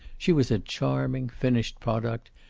she was a charming, finished product,